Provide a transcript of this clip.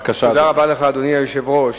תודה רבה לך, אדוני היושב-ראש.